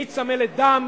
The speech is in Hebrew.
מי צמא לדם?